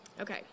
Okay